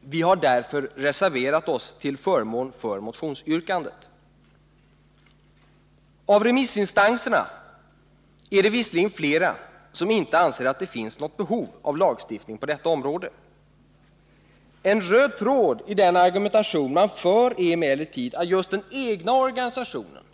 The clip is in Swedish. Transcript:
Vi har därför reserverat oss till förmån för motionsyrkandet. Av remissinstanserna är det visserligen flera som inte anser att det finns något behov av lagstiftning på detta område. En röd tråd i den argumentation man för är emellertid att just den egna organisationen,